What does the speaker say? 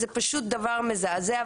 זה פשוט דבר מזעזע.